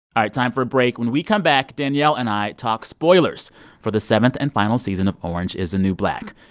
time for a break. when we come back, danielle and i talk spoilers for the seventh and final season of orange is the new black.